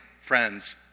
friends